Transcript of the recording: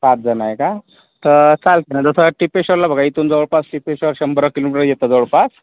पाच जण आहे का चालतं ना जसं टीपेश्वरला बघा इथून जवळपास टीपेश्वर शंभर किलोमीटर येतं जवळपास